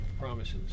promises